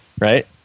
right